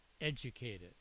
educated